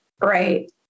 right